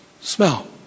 smell